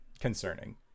concerning